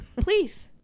please